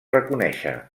reconèixer